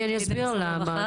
אני אסביר למה,